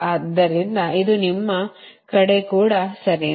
ಆದ್ದರಿಂದ ಇದು ನಿಮ್ಮ ಕಡೆ ಕೂಡ ಸರಿನಾ